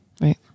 Right